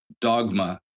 dogma